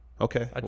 Okay